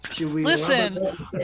Listen